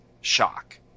shock